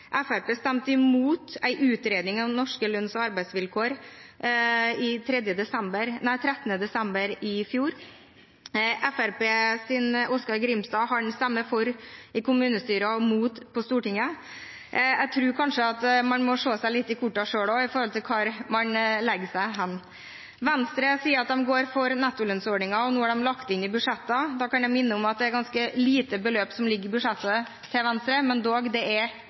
stemte imot en utredning av norske lønns- og arbeidsvilkår 13. desember i fjor. Fremskrittspartiets Oskar Grimstad stemmer for i kommunestyret og mot på Stortinget. Jeg tror kanskje man må se seg selv litt i kortene også, med tanke på hvor man legger seg. Venstre sier at de går for nettolønnsordningen, og nå har de lagt det inn i budsjettene. Da kan jeg minne om at det er et ganske lite beløp som ligger i budsjettet til Venstre, men